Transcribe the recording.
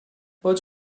but